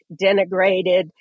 denigrated